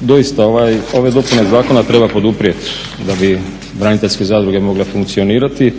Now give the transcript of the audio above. doista ove dopune zakona treba poduprijeti da bi braniteljske zadruge mogle funkcionirati.